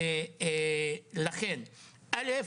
לכן א'